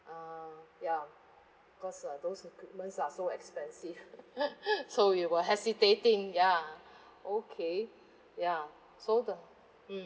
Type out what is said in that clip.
uh ya cause uh those equipment are so expensive so we were hesitating ya okay ya so the mm